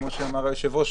כמו שאמר היושב-ראש,